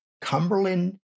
Cumberland